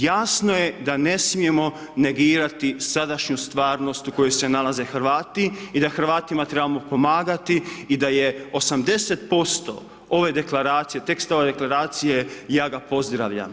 Jasno je da ne smijemo negirati sadašnju stvarnost u kojoj se nalaze Hrvati i da Hrvatima trebamo pomagati i da je 80% teksta ove Deklaracije, tekst ove Deklaracije ja ga pozdravljam.